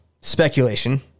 speculation